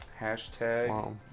Hashtag